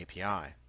API